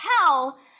hell